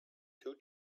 two